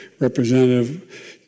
Representative